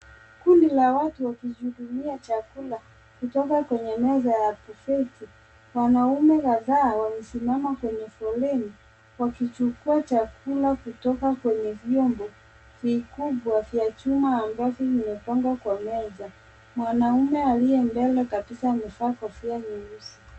Kundi la watu wakijichukulia chakula kutoka kwenye meza ya bufeti. Wanaume kadhaa wamesimama kwenye foleni wakichukua chakula kutoka kwenye vyombo vikubwa vya chuma ambavyo vimepangwa kwa meza. Mwanaume aliye mbele kabisa amevaa kofia nyeusi.